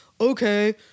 okay